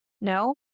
no